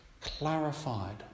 clarified